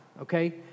okay